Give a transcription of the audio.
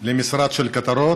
למשרד של כותרות.